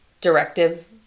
directive